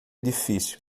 difícil